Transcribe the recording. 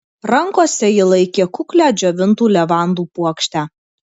rankose ji laikė kuklią džiovintų levandų puokštę